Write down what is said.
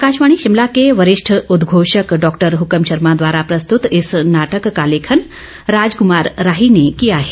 आकाशवाणी शिमला के वरिष्ठ उदघोषक डॉक्टर हुकम शर्मा द्वारा प्रस्तुत इस नाटक का लेखन राजकुमार राही ने किया है